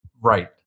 Right